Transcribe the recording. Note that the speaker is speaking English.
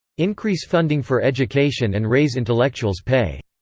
increase funding for education and raise intellectuals' pay.